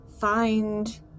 find